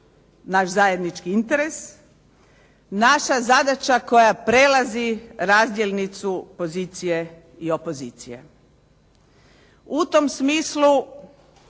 naš zajednički interes, naša zadaća koja prelazi razdjelnicu pozicije i opozicije. U tom smislu